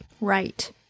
Right